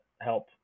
help